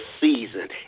season